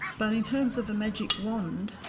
but in terms of a magic wand,